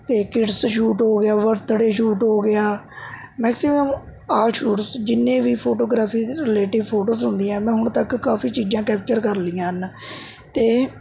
ਅਤੇ kids shoot ਹੋ ਗਿਆ ਬਰਥਡੇ ਸ਼ੂਟ ਹੋ ਗਿਆ ਮੈਕਸੀਮਮ ਆਲ ਸ਼ੂਟਸ ਜਿੰਨੇ ਵੀ ਫੋਟੋਗ੍ਰਾਫ਼ੀ ਰੀਲੇਟਿਵ ਫੋਟੋਜ਼ ਹੁੰਦੀਆਂ ਮੈਂ ਹੁਣ ਤੱਕ ਕਾਫ਼ੀ ਚੀਜ਼ਾਂ ਕੈਪਚਰ ਕਰ ਲਈਆਂ ਹਨ ਅਤੇ